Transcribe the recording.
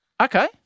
Okay